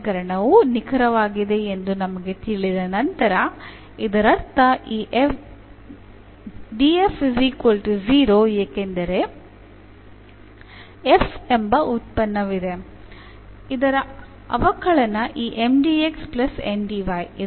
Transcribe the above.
ಸಮೀಕರಣವು ನಿಖರವಾಗಿದೆ ಎಂದು ನಮಗೆ ತಿಳಿದ ನಂತರ ಇದರರ್ಥ ಈ df 0 ಏಕೆಂದರೆ f ಎಂಬ ಉತ್ಪನ್ನವಿದೆ ಇದರ ಅವಕಲನ ಈ